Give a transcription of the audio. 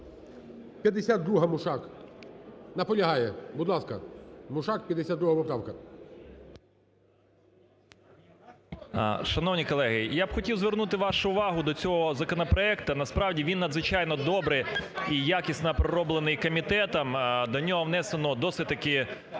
52-а, Мушак. Наполягає. Будь ласка, Мушак, 52 поправка. 16:14:49 МУШАК О.П. Шановні колеги, я б хотів звернути вашу увагу до цього законопроекту. Насправді він надзвичайно добре і якісно пророблений комітетом. До нього внесено досить-таки,